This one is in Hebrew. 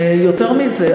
יותר מזה,